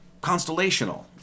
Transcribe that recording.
constellational